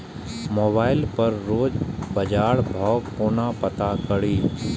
Mobile पर रोज बजार भाव कोना पता करि?